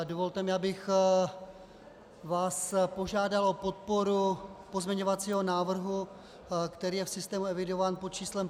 Dovolte mi, abych vás požádal o podporu pozměňovacího návrhu, který je v systému evidován pod číslem 5762.